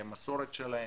למסורת שלהם,